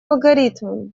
алгоритмом